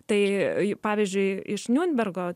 tai pavyzdžiui iš niunbergo